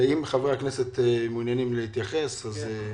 אם חברי הכנסת מעוניינים להתייחס, בבקשה.